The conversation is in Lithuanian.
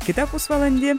kitą pusvalandį